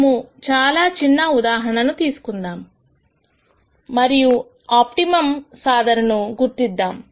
మనము చాలా చిన్న ఉదాహరణ తీసుకుందాం మరియు ఆప్టిమమ్ సాధనను గుర్తిద్దాం